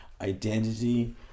identity